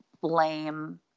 blame